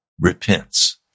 repents